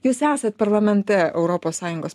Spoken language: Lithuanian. jūs esat parlamente europos sąjungos